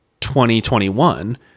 2021